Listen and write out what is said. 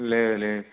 లేదు లేదు